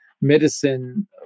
medicine